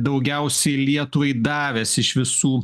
daugiausiai lietuvai davęs iš visų